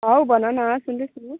हौ भन न सुन्दैछु